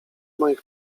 moich